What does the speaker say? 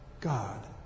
God